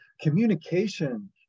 communication